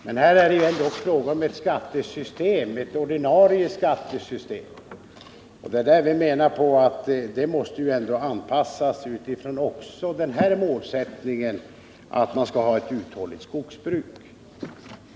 Men här är det ändå fråga om ett ordinarie skattesystem, och då menar vi att det måste anpassas till den målsättningen att man skall ha ett uthålligt skogsbruk.